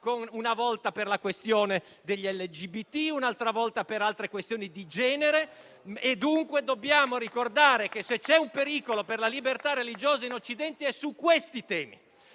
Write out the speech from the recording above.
una volta per la questione degli LGBT, un'altra volta per altre questioni di genere. Pertanto dobbiamo ricordare che se c'è un pericolo per la libertà religiosa in Occidente è su questi temi.